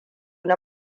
na